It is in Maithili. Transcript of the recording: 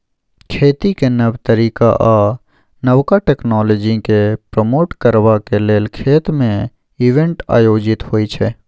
खेतीक नब तरीका आ नबका टेक्नोलॉजीकेँ प्रमोट करबाक लेल खेत मे इवेंट आयोजित होइ छै